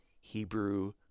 Hebrew